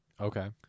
Okay